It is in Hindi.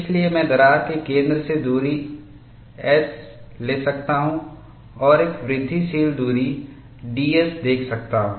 इसलिए मैं दरार के केंद्र से दूरी S ले सकता हूं और एक वृद्धिशील दूरी ds देख सकता हूं